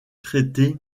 traité